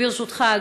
ברשותך,